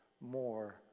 more